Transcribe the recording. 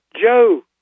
Joe